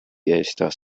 estas